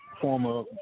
former